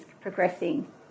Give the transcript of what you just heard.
progressing